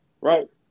right